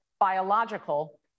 biological